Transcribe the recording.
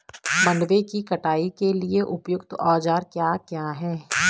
मंडवे की कटाई के लिए उपयुक्त औज़ार क्या क्या हैं?